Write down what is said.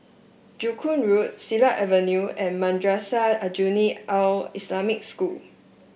Joo Koon Road Siglap Avenue and Madrasah Aljunied Al Islamic School